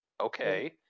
okay